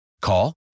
Call